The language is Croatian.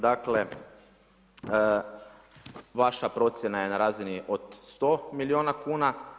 Dakle, vaša procjena je na razini od 100 milijuna kuna.